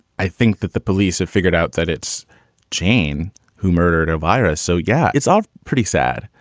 i think that the police have figured out that it's jane who murdered a virus. so, yeah, it's all pretty sad,